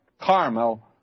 Carmel